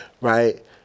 right